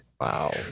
Wow